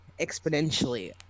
exponentially